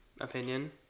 opinion